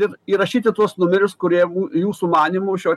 ir įrašyti tuos numerius kurie jūsų manymu šio